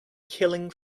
killing